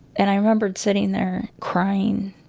and i remembered sitting there crying.